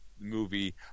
movie